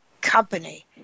company